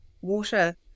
water